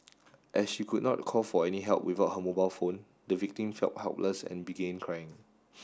as she could not call for any help without her mobile phone the victim felt helpless and began crying